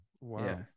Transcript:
Wow